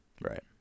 Right